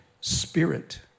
spirit